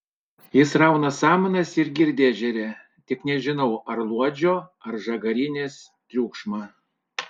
jis rauna samanas ir girdi ežere tik nežinau ar luodžio ar žagarinės triukšmą